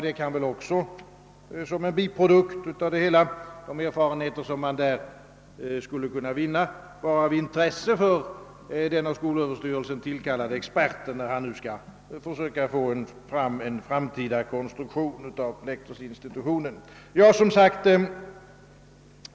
De erfarenheter man skulle kunna vinna borde vara av intresse för den av skolöverstyrelsen tillkallade experten, när han skall försöka forma en framtida konstruktion av lektorsinstitutionen.